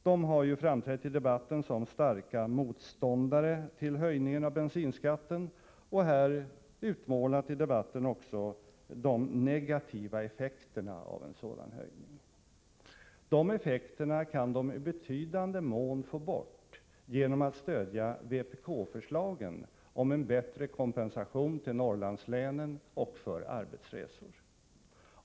De har ju framträtt i debatten som stora motståndare till höjningen av bensinskatten och har också i debatten utmålat de negativa effekterna av en sådan höjning. Dessa effekter kan de i betydande mån få bort genom att stödja vpk-förslagen om bättre kompensation till Norrlandslänen och för arbetsresor.